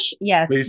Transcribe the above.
yes